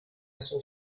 son